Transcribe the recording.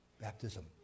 Baptism